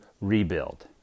rebuild